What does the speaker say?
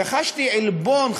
וחשתי עלבון,